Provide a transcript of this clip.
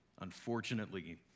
Unfortunately